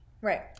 Right